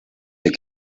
del